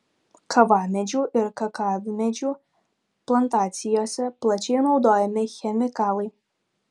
kavamedžių ir kakavmedžių plantacijose plačiai naudojami chemikalai